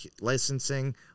licensing